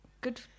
good